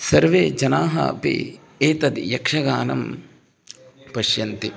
सर्वे जनाः अपि एतद् यक्षगानं पश्यन्ति